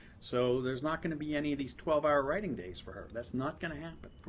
so, there's not going to be any of these twelve hour writing days for her. that's not going to happen.